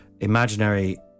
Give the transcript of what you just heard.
imaginary